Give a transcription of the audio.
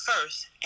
first